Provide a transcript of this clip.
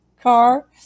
car